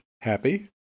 happy